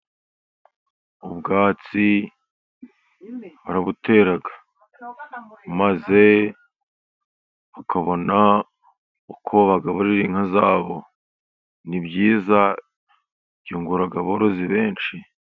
Ubwatsi barabutera, maze bakabona uko bagaburira inka zabo, ni byiza byungura aborozi benshi.